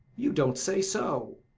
you don't say so!